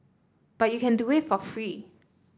but you can do it for free